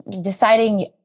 deciding